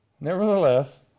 Nevertheless